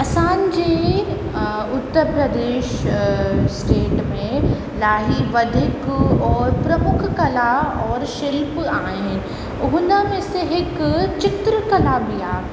असांजे उत्तर प्रदेश स्टेट में ॾाढी वधीक और प्रमुख कला और शिल्प आहिनि हुन में से हिकु चित्रकला बि आहे